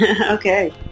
Okay